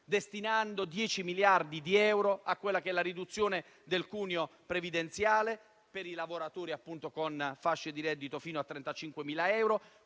destinando 10 miliardi di euro alla riduzione del cuneo previdenziale per i lavoratori con fasce di reddito fino a 35.000 euro,